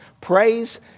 Praise